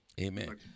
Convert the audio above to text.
Amen